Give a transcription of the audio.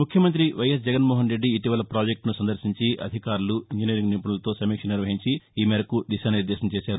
ముఖ్యమంత్రి వైఎస్ జగన్మోహన్రెడ్డి ఇటీవల ప్రాజెక్టును సందర్భించి అధికారులు ఇంజనీరింగ్ నిపుణులతో సమీక్ష నిర్వహించి దిశానిర్దేశం చేశారు